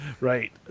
right